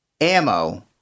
ammo